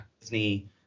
disney